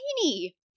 tiny